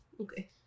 Okay